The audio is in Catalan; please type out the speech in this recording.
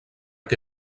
que